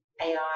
AI